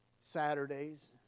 Saturdays